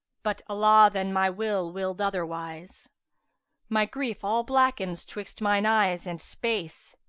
but allah than my will willed otherwise my grief all blackens twixt mine eyes and space,